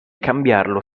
cambiarlo